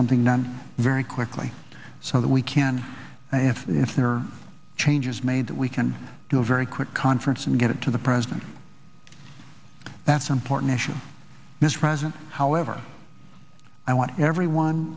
something done very quickly so that we can and if if there are changes made that we can do a very quick conference and get it to the president that's important issue mr president however i want everyone